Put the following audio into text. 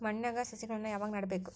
ಮಣ್ಣಿನ್ಯಾಗ್ ಸಸಿಗಳನ್ನ ಯಾವಾಗ ನೆಡಬೇಕು?